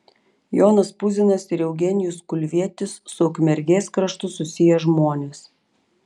jonas puzinas ir eugenijus kulvietis su ukmergės kraštu susiję žmonės